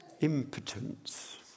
impotence